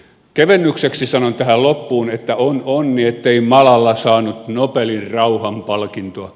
kevennykseksi sanon tähän loppuun että on onni ettei malala saanut nobelin rauhanpalkintoa